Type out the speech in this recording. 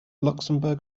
luxembourg